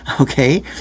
okay